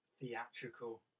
theatrical